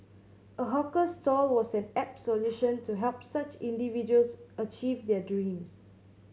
a hawker stall was an apt solution to help such individuals achieve their dreams